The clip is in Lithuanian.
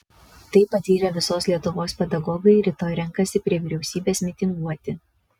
tai patyrę visos lietuvos pedagogai rytoj renkasi prie vyriausybės mitinguoti